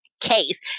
case